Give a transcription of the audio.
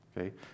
okay